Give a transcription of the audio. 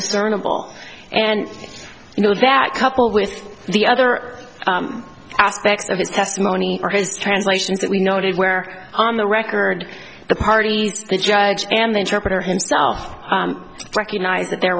discernible and you know that coupled with the other aspects of his testimony or his translations that we noted where on the record the party the judge and the interpreter himself recognized that there